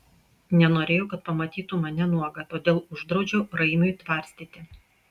nenorėjau kad pamatytų mane nuogą todėl uždraudžiau raimiui tvarstyti